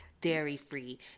dairy-free